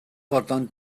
fodlon